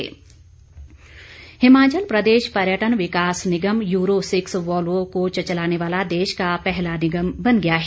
Volvo Himachal Pradesh पर्यटन विकास निगम यूरो सिक्स वॉल्वो कोच चलाने वाला देश का पहला निगम बन गया है